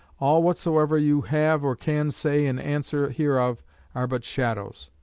all whatsoever you have or can say in answer hereof are but shadows.